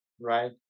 right